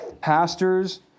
pastors